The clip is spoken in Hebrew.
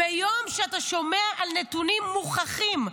ביום שאתה שומע על נתונים מוכחים,